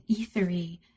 ethery